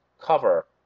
cover